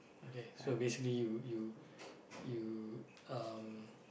okay so basically you you you um